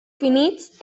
finits